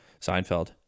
Seinfeld